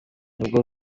nibwo